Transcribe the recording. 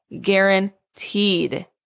guaranteed